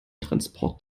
transport